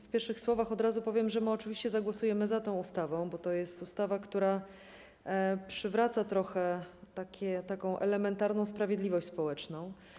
W pierwszych słowach od razu powiem, że oczywiście zagłosujemy za tą ustawą, bo to jest ustawa, która przywraca trochę elementarną sprawiedliwość społeczną.